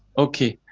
okay.